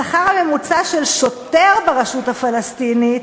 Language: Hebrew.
השכר הממוצע של שוטר ברשות הפלסטינית,